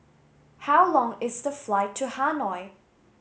how long is the flight to Hanoi